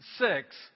six